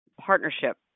partnership